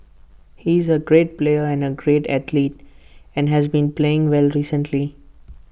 he is A great player and A great athlete and has been playing well recently